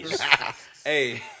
Hey